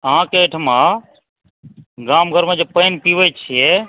अहाँके एहिठमाँ गाम घरमे जे पानि पीबैत छियै